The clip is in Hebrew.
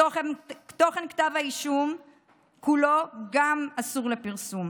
תוכן כתב האישום כולו גם אסור לפרסום.